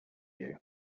you